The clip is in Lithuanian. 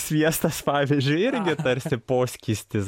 sviestas pavyzdžiui irgi tarsi poskystis